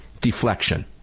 deflection